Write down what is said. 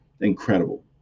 Incredible